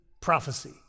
prophecy